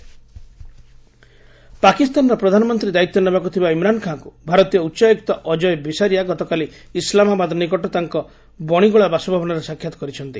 India Pak Imran ପାକିସ୍ତାନର ପ୍ରଧାନମନ୍ତ୍ରୀ ଦାୟିତ୍ୱ ନେବାକୁଥିବା ଇମ୍ରାନ୍ ଖାଁଙ୍କୁ ଭାରତୀୟ ଉଚ୍ଚାୟକ୍ତ ଅକ୍ଷୟ ବିସାରିଆ ଗତକାଲି ଇସ୍ଲାମାବାଦ ନିକଟ ତାଙ୍କ ବଣିଗୋଳା ବାସଭବନରେ ସାକ୍ଷାତ କରିଛନ୍ତି